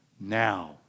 Now